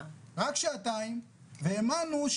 מה העלויות שלו?